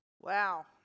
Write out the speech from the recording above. Wow